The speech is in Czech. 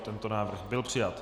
Tento návrh byl přijat.